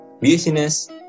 business